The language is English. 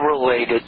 related